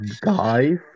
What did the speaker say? guys